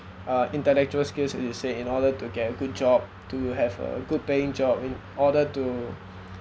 uh intellectual skills is said in order to get a good job to have a good paying job in order to